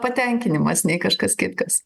patenkinimas nei kažkas kitkas